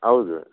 ಹೌದು